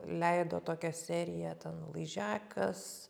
leido tokią seriją ten laižiakas